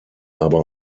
aber